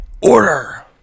order